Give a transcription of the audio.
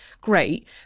great